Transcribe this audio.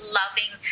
loving